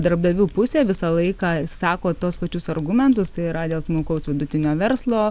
darbdavių pusė visą laiką sako tuos pačius argumentus tai yra dėl smulkaus vidutinio verslo